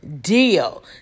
deal